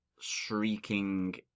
shrieking